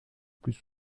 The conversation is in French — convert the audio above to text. plus